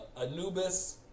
Anubis